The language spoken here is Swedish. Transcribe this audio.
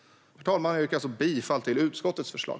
Herr talman! Jag yrkar alltså bifall till utskottets förslag.